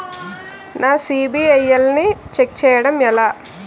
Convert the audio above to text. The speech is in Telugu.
నా సిబిఐఎల్ ని ఛెక్ చేయడం ఎలా?